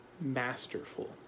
masterful